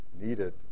needed